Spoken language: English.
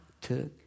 took